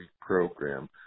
program